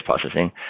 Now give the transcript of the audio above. processing